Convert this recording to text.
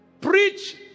preach